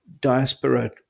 diaspora